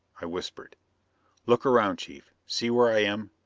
i whispered look around, chief. see where i am?